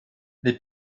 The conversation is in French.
les